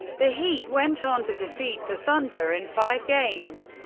the heat went on to defeat the thunder in five games,